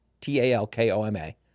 T-A-L-K-O-M-A